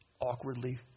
Awkwardly